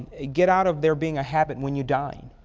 get out of there being a habit when you dine.